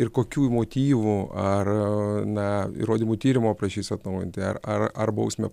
ir kokių motyvų ar na įrodymų tyrimo prašys atnaujinti ar ar ar bausmę